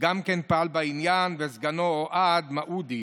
שגם פעל בעניין, ולסגנו אוהד מעודי.